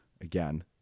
again